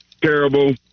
terrible